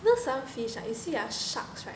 you know some fish ah you see ah sharks right